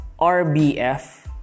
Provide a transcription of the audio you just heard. RBF